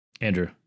Andrew